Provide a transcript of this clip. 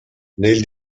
nel